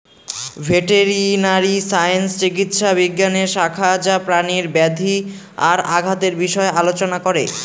veterinary science চিকিৎসা বিজ্ঞানের শাখা যা প্রাণীর ব্যাধি আর আঘাতের বিষয় আলোচনা করে